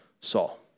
Saul